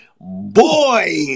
boy